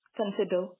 consider